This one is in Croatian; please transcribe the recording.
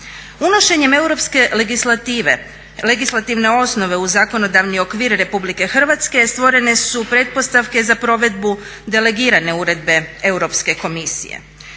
Unošenjem europske legislative, legislativne osnove u zakonodavni okvir RH stvorene su pretpostavke za provedbu delegirane uredbe Europske komisije.